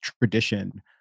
tradition